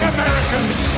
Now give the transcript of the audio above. Americans